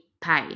pay